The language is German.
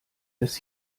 des